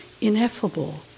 ineffable